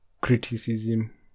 criticism